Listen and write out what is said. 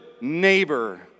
neighbor